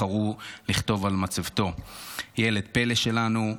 בחרו לכתוב על מצבתו: ילד פלא שלנו,